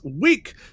week